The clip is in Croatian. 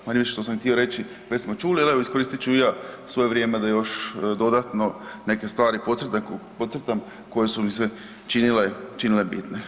Manje-više što sam htio reći već smo čuli, ali evo iskoristit ću i ja svoje vrijeme da još dodatno neke stvari podcrtam koje su mi se činile bitne.